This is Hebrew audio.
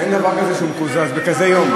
אין דבר כזה שהוא מקוזז בכזה יום.